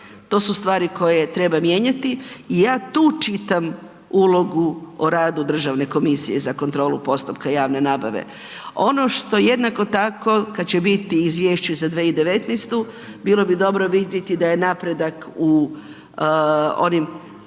to su stvari koje treba mijenjati i ja tu čitam ulogu o radu Državne komisije za kontrolu postupka javne nabave. Ono što jednako tako kad će biti izvješće za 2019. bilo bi dobro vidjeti da je napredak u onim